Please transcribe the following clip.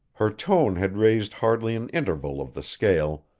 her tone had raised hardly an interval of the scale,